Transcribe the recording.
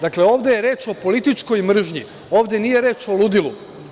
Dakle, ovde je reč o političkoj mržnji, ovde nije reč o ludilu.